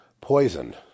poisoned